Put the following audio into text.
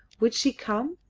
would she come?